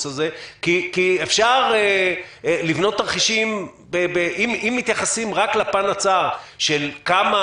הזה כי אפשר לבנות תרחישים אם מתייחסים רק לפן הצר של כמה